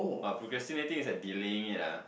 ah procrastinating is like delaying it la